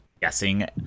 guessing